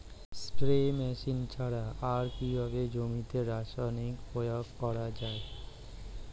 Spray machine ছাড়া আর কিভাবে জমিতে রাসায়নিক প্রয়োগ করা যায়?